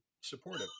supportive